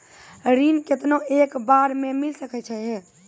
ऋण केतना एक बार मैं मिल सके हेय?